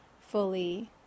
fully